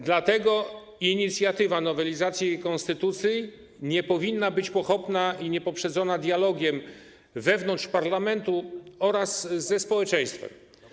Dlatego inicjatywa nowelizacji konstytucji nie powinna być pochopna i niepoprzedzona dialogiem wewnątrz parlamentu oraz ze społeczeństwem.